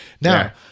Now